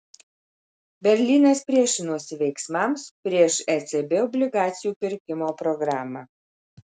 berlynas priešinosi veiksmams prieš ecb obligacijų pirkimo programą